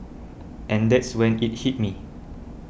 and that's when it hit me